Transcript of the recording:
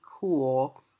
cool